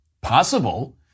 possible